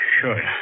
sure